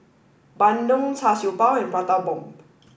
Bandung char siew bao and Prata Bomb